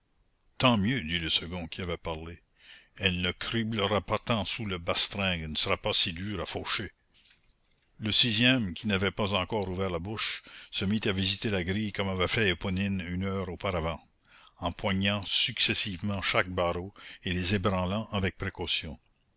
tant mieux dit le second qui avait parlé elle ne criblera pas tant sous la bastringue et ne sera pas si dure à faucher le sixième qui n'avait pas encore ouvert la bouche se mit à visiter la grille comme avait fait éponine une heure auparavant empoignant successivement chaque barreau et les ébranlant avec précaution